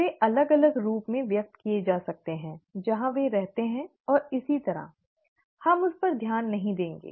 वे अलग अलग रूप से व्यक्त किए जा सकते हैं जहां वे रहते हैं और इसी तरह हम उस पर ध्यान नहीं देंगे